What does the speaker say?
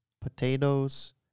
potatoes